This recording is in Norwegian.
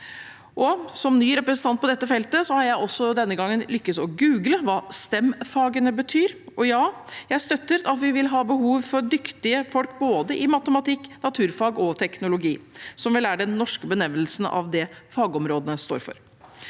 som ny representant på dette feltet, har jeg også denne gangen lykkes i å google hva STEM-fagene betyr, og ja, jeg støtter at vi vil ha behov for dyktige folk i både matematikk, naturfag og teknologi, som vel er den norske benevnelsen av det de fagområdene står for.